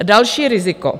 Další riziko.